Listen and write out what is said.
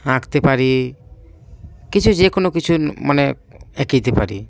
আঁকতে পারি কিছু যে কোনো কিছু মানে এঁকে দিতে পারি